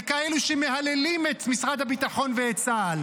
לכאלו שמהללים את משרד הביטחון ואת צה"ל.